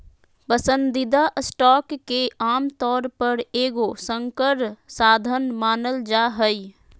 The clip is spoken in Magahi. पसंदीदा स्टॉक के आमतौर पर एगो संकर साधन मानल जा हइ